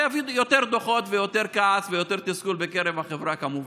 זה יביא יותר דוחות ויותר כעס ויותר תסכול בקרב החברה כמובן.